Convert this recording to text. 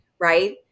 Right